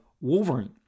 Wolverine